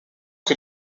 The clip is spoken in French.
que